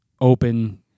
open